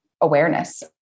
awareness